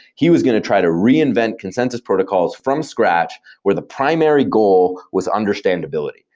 he was going to try to reinvent consensus protocols from scratch where the primary goal was understandability.